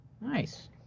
Nice